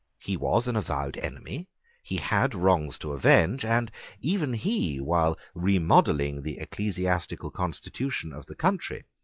he was an avowed enemy he had wrongs to avenge and even he, while remodelling the ecclesiastical constitution of the country,